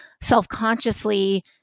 self-consciously